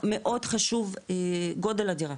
מאוד חשוב גודל הדירה,